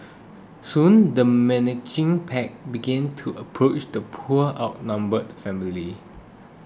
soon the menacing pack began to approach the poor outnumbered family